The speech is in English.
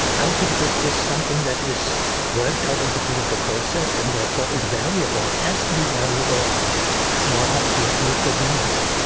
i think this is something that is worked out in the political process and therefore is variable, and has to be variable as long as we are political beings.